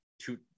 two